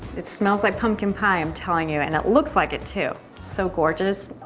it smells like pumpkin pie, i'm telling you, and it looks like it too! so gorgeous.